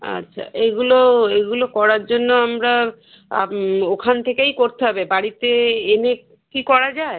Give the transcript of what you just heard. আচ্ছা এগুলো এগুলো করার জন্য আমরা ওখান থেকেই করতে হবে বাড়িতে এনে কি করা যায়